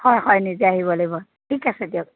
হয় হয় নিজে আহিব লাগিব ঠিক আছে দিয়ক